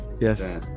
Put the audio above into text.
yes